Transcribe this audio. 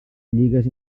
lligues